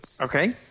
Okay